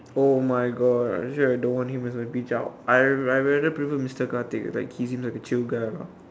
oh my God I'm sure I don't want him as a P_E teacher I I rather prefer mister Khartik it's like he seem like a chill guy lah